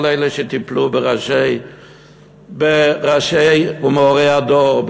וכל אלה שטיפלו בראשי ומורי הדור,